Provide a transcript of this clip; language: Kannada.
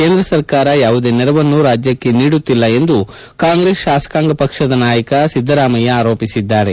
ಕೇಂದ್ರ ಸರ್ಕಾರ ಯಾವುದೇ ನೆರವನ್ನು ರಾಜ್ಯಕ್ಕೆ ನೀಡುತ್ತಿಲ್ಲ ಎಂದು ಕಾಂಗ್ರೆಸ್ ಶಾಸಕಾಂಗ ಪಕ್ಷದ ನಾಯಕ ಸಿದ್ದರಾಮಯ್ಯ ಆರೋಪಿಸಿದ್ದಾರೆ